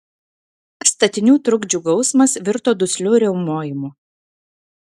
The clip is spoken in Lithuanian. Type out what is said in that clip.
statinių trukdžių gausmas virto dusliu riaumojimu